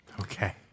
Okay